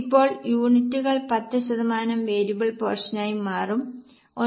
ഇപ്പോൾ യൂണിറ്റുകൾ 10 ശതമാനം വേരിയബിൾ പോർഷൻ ആയി മാറും 1